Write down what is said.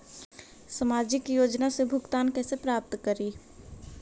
सामाजिक योजना से भुगतान कैसे प्राप्त करी?